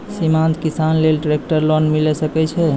सीमांत किसान लेल ट्रेक्टर लोन मिलै सकय छै?